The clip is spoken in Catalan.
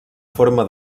forma